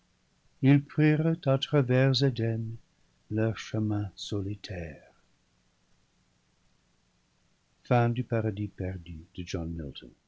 vers éden leur chemin solitaire fin du paradis perdu